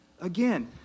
Again